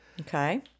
Okay